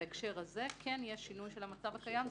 בהקשר הזה יש שינוי של המצב הקיים.